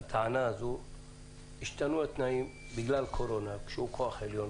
הטענה שהשתנו התנאים בגלל הקורונה שהיא כוח עליון,